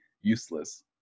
useless